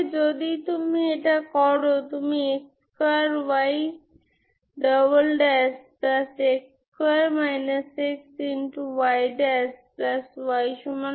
যদি আমি আমার সি 2 কে ননজিরো হিসাবে বেছে নিই এটি একটি সমাধান এটি আসলে ইকুয়েশনকে সন্তুষ্ট করে যখন λ 0 এবং বাউন্ডারি কন্ডিশন